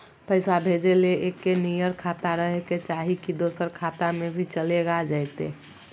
पैसा भेजे ले एके नियर खाता रहे के चाही की दोसर खाता में भी चलेगा जयते?